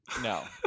No